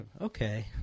Okay